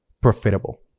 profitable